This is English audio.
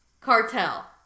cartel